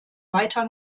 weiter